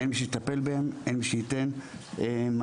אין מי שיטפל בהן, אין מי שייתן מענה.